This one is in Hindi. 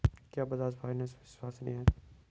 क्या बजाज फाइनेंस विश्वसनीय है?